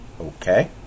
Okay